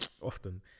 often